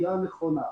כליאה נכונה,